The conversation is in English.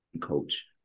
coach